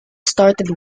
started